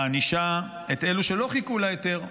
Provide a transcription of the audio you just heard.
בענישה את אלה שלא חיכו להיתר,